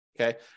Okay